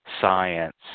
science